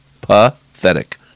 Pathetic